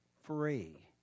free